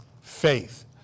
Faith